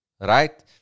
right